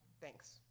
Thanks